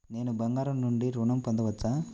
నేను బంగారం నుండి ఋణం పొందవచ్చా?